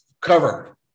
cover